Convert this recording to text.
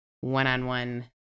one-on-one